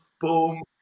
boom